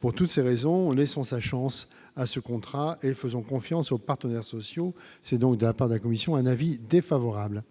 pour toutes ces raisons, et laissons sa chance à ce contrat et faisons confiance aux partenaires sociaux, c'est donc de la part de la Commission, un avis défavorable à